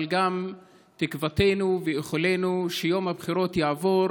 וגם תקוותנו ואיחולינו שיום הבחירות יעבור